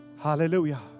Hallelujah